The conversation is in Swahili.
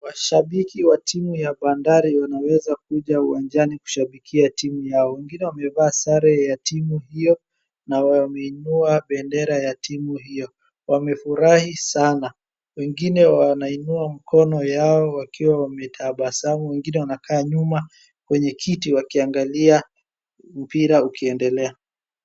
Washabiki wa timu ya bandari wanaweza kuja uwanjani kushabikia timu yao, wengine wamevaa sare ya timu hiyo na wameinua bendera ya timu hiyo. Wamefurahi sana wengine wanainua mkono yao wakiwa wametabasamu wengine wanakaa nyuma kwenye kiti wakiangalia mpira ukiendelea.